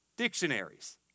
dictionaries